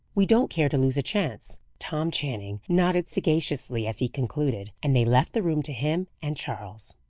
we don't care to lose a chance. tom channing nodded sagaciously as he concluded, and they left the room to him and charles.